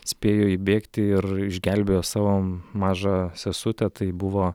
spėjo įbėgti ir išgelbėjo savo mažą sesutę tai buvo